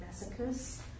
massacres